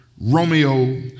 Romeo